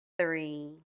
three